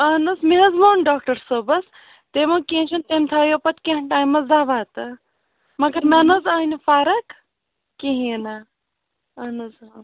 اَہَن حظ مےٚ حظ ووٚن ڈاکٹر صٲبَس تٔمۍ ووٚن کیٚنٛہہ چھُنہٕ تٔمۍ تھاوِو پَتہٕ کیٚنٛہہ ٹایمَس دوا تہٕ مگر مےٚ نہَ حظ آیہِ نہٕ فَرق کِہیٖنۍ نہٕ اَہَن حظ آ